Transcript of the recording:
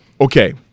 okay